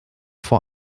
vor